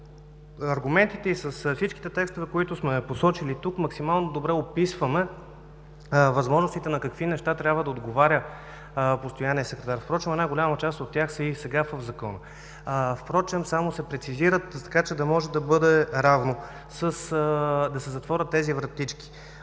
С аргументите и с всичките текстове, които сме посочили тук, максимално добре описваме възможностите на какви неща трябва да отговаря постоянният секретар. Впрочем една голяма част от тях са и сега в Закона – само се прецизират, така че да се затворят тези вратички.